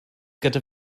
gyda